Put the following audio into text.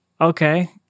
Okay